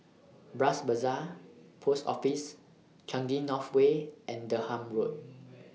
Bras Basah Post Office Changi North Way and Durham Road